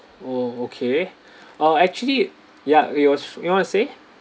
oh okay uh actually ya it was you want to say